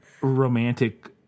romantic